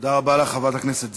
תודה רבה לך, חברת הכנסת זנדברג.